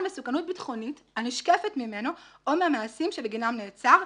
מסוכנות ביטחונית הנשקפת ממנו או מהמעשים שבגינם נעצר,